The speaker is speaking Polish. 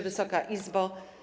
Wysoka Izbo!